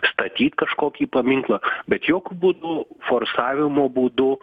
statyti kažkokį paminklą bet jokiu būdu forsavimo būdu